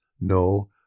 no